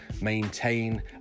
maintain